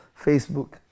Facebook